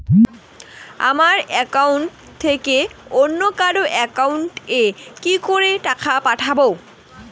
আমার একাউন্ট থেকে অন্য কারো একাউন্ট এ কি করে টাকা পাঠাবো?